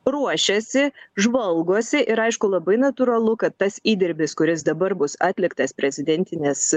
ruošiasi žvalgosi ir aišku labai natūralu kad tas įdirbis kuris dabar bus atliktas prezidentinės